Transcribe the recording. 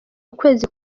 ukwezi